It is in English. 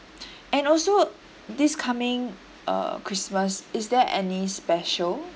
and also this coming uh christmas is there any special